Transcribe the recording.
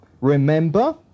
Remember